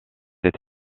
cet